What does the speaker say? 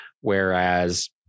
Whereas